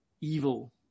evil